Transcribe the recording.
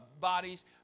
bodies